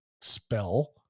spell